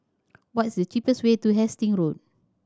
what is the cheapest way to Hastings Road